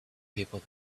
people